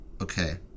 Okay